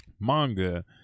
manga